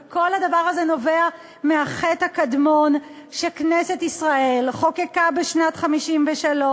וכל הדבר הזה נובע מהחטא הקדמון שכנסת ישראל חוקקה בשנת 1953,